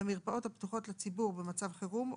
במרפאות הפתוחות לציבור במצב חירום,